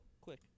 Quick